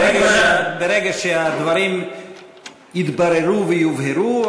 ברגע שהדברים יתבררו ויובהרו,